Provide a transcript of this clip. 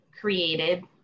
created